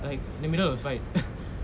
like in the middle of fight